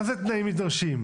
מה זה "תנאים נדרשים"?